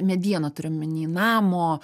medieną turiu omeny namo